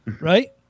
Right